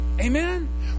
Amen